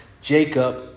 Jacob